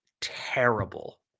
terrible